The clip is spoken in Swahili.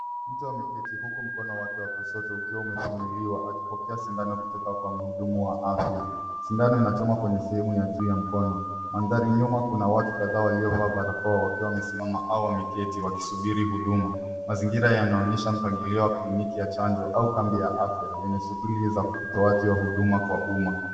Mtu ameketi huku mkono wake wa kushoto ukiwa umefunuliwa akipokea sindano kutoka kwa mhudumu wa afya. Sindano inachoma kwenye sehemu ya juu ya mkono. Mandhari nyuma kuna watu kadhaa waliovaa barakoa wakiwa wamesimama au wameketi wakisubiri huduma. Mazingira yanaonyesha mpangilio wa kliniki ya chanjo au kambi ya afya yenye shughuli za utoaji wa huduma kwa umma.